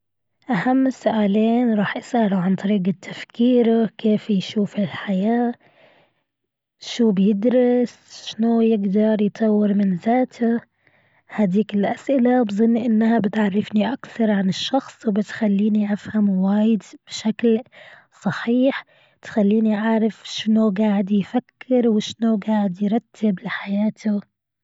أهم سؤالين رح أسأله عن طريق تفكيره كيف يشوف الحياة. شو بيدرس? شنو يقدر يطور من زاته? هديك الأسئلة بظن أنها بتعرفني أكثر عن الشخص وبتخليني أفهم وايد بشكل صحيح تخليني أعرف شنو قاعد يفكر وشنو قاعد يرتب لحياته.